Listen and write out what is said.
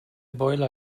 boiler